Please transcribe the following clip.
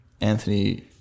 Anthony